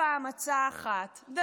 הצעה אחת בכל פעם,